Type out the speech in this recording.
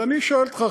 אז אני שואל אותך,